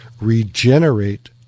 Regenerate